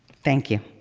thank you.